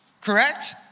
Correct